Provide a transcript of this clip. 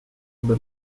aby